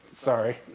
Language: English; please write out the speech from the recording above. Sorry